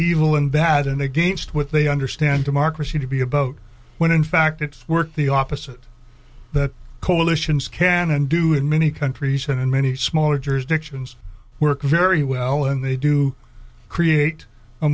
evil and bad and against what they understand democracy to be about when in fact it's work the opposite that coalitions can and do in many countries and in many smaller jer's dictions work very well and they do create a